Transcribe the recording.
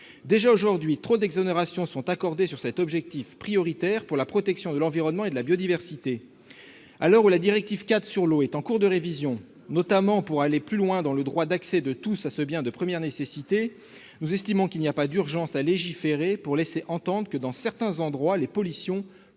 aujourd'hui au regard de cet objectif prioritaire pour la protection de l'environnement et de la biodiversité. À l'heure où la directive-cadre sur l'eau est en cours de révision, notamment pour aller plus loin dans le droit d'accès de tous à ce bien de première nécessité, nous estimons qu'il n'y a pas d'urgence à légiférer, surtout pour laisser entendre que, dans certains endroits, les pollutions pourraient continuer